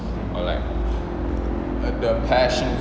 or like the passion